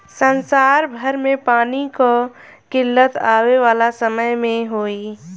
संसार भर में पानी कअ किल्लत आवे वाला समय में होई